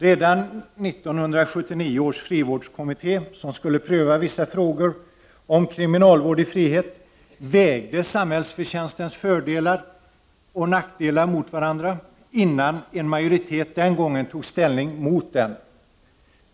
Redan 1979 års frivårdskommitté, som skulle pröva vissa frågor om kriminalvård i frihet, vägde samhällstjänstens fördelar och nackdelar mot varandra. En majoritet tog den gången ställning mot den.